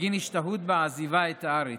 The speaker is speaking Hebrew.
בגין השתהות בעזיבה את הארץ,